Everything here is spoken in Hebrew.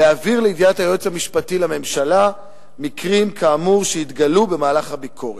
להעביר לידיעת היועץ המשפטי לממשלה מקרים כאמור שהתגלו במהלך הביקורת.